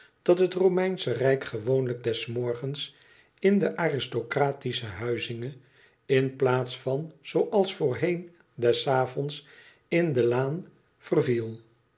dat het romeinsche rijk gewoonlijk des morgens in de aristocratische huizinge in plaats van zooals voorheen des avonds in de laan verviel